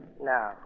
No